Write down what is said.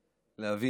אלה במבחני התמיכה